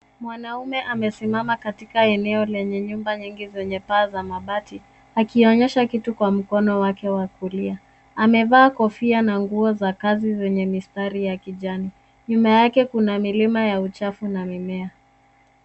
Mwanaume amesimama katika eneo lenye nyumba nyingi zenye paa za mabati, akionyesha kitu kwa mkono wake wa kulia. Amevaa kofia na nguo za kazi zenye mistari ya kijani. Nyuma yake kuna milima ya uchafu na mimea.